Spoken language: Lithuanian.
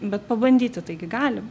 bet pabandyti taigi galim